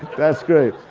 that's great.